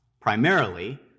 primarily